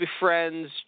befriends